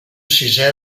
sisè